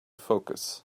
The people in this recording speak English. focus